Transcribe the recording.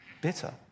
bitter